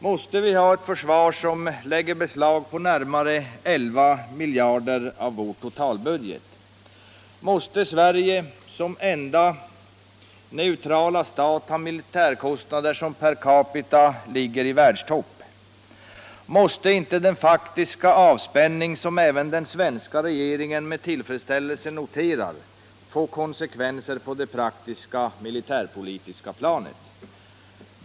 Måste vi ha ett försvar som lägger beslag på närmare 11 miljarder av vår totalbudget? Måste Sverige som enda neutrala stat ha militärkostnader som per capita ligger i världstopp? Måste inte den faktiska avspänning som även den svenska regeringen med tillfredsställelse noterar få konsekvenser på det praktiska militärpolitiska planet?